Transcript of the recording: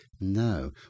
No